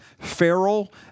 feral